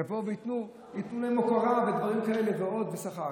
ייתנו להם הוקרה ודברים כאלה ושכר,